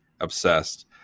obsessed